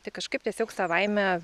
tai kažkaip tiesiog savaime